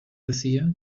decía